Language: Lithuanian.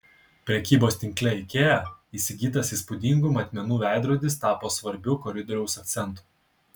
prekybos tinkle ikea įsigytas įspūdingų matmenų veidrodis tapo svarbiu koridoriaus akcentu